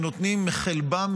שנותנים מחלבם,